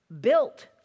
built